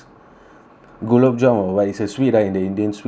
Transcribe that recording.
gulab jamun or what it's a sweet ah in the indian sweet like that [one]